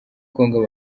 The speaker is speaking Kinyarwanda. congo